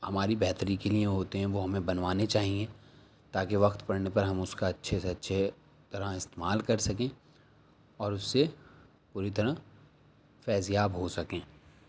ہماری بہتری کے لیے ہوتے ہیں وہ ہمیں بنوانے چاہیے تاکہ وقت پڑنے پر ہم اس کا اچھے سے اچھے طرح استعمال کر سکیں اور اس سے پوری طرح فیض یاب ہوسکیں